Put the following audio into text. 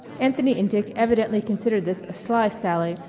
anthony and dick evidently considered this a sly sally,